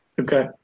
Okay